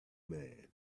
man